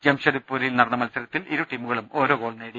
ജംഷഡ്പൂരിൽ നടന്ന മത്സരത്തിൽ ഇരു ടീമുകളും ഓരോ ഗോൾ നേടി